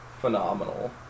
phenomenal